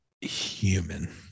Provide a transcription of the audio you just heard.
human